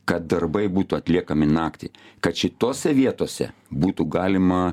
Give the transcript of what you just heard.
kad darbai būtų atliekami naktį kad šitose vietose būtų galima